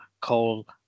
coal